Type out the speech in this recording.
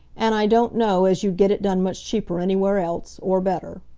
and i don't know as you'd get it done much cheaper anywhere else or better.